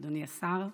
אדוני השר,